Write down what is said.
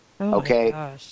Okay